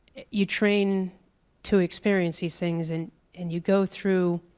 you train to experience these things and and you go through